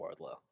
Wardlow